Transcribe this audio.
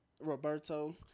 Roberto